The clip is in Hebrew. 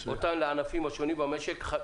אותן לענפים השונים במשק על רקע המשבר בגל החדש לקורונה.